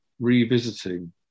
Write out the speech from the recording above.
revisiting